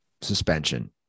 suspension